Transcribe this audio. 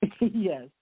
Yes